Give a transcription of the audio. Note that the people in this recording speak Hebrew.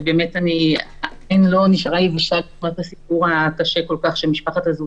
ובאמת עין לא נשארה יבשה בעקבות הסיפור הקשה כל כך של משפחת א’.